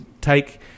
take